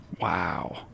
Wow